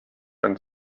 and